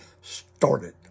started